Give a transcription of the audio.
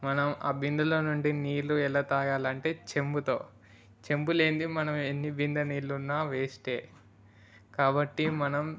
మనం ఆ బిందెలో నుండి నీళ్ళు ఎలా తాగాలంటే చెంబుతో చెంబు లేనిదే మనం ఎన్ని బిందె నీళ్ళున్నా వేస్టే కాబట్టి మనం